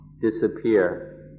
disappear